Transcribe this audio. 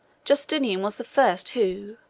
justinian was the first who,